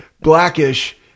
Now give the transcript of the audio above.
Blackish